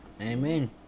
Amen